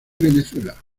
venezuela